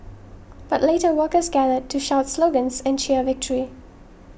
but later workers gathered to shout slogans and cheer victory